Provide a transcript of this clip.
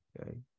okay